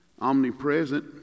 omnipresent